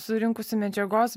surinkusi medžiagos